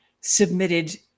submitted